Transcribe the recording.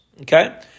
Okay